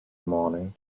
morning